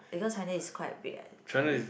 because China is quite big I believe